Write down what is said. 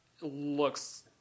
looks